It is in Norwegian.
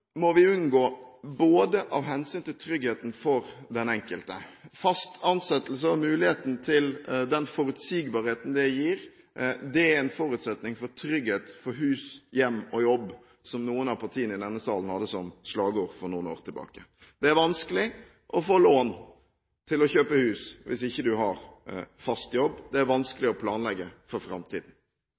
må vi unngå først og fremst av hensyn til tryggheten for den enkelte. Fast ansettelse og muligheten til den forutsigbarheten det gir, er en forutsetning for trygghet for hus, hjem og jobb, som noen av partiene i denne salen hadde som slagord for noen år tilbake. Det er vanskelig å få lån til å kjøpe hus hvis man ikke har fast jobb. Det er vanskelig å planlegge for framtiden.